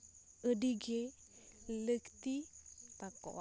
ᱟᱹᱰᱤᱜᱮ ᱞᱟᱹᱠᱛᱤ